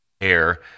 air